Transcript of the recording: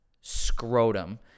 scrotum